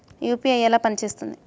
UPI ఎలా పనిచేస్తుంది?